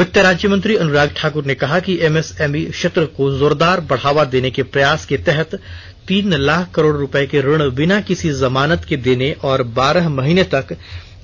वित्त राज्य मंत्री अनुराग ठाकुर ने कहा कि एमएस एमई क्षेत्र को जोरदार बढावा देने के प्रयास के तहत तीन लाख करोड रुपए के ऋण बिना किसी जमानत के देने और बारह महीने तक